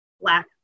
Black